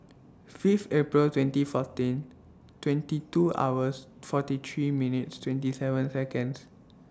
Fifth April twenty fourteen twenty two hours forty three minutes twenty seven Seconds